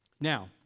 Now